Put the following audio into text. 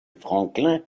franklin